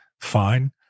fine